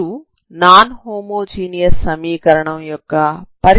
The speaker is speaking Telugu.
మీరు నాన్ హోమోజీనియస్ సమీకరణం యొక్క పరిష్కారాన్ని కనుగొంటారు